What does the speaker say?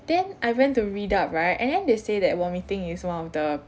then I went to read up right and then they say that vomiting is one of the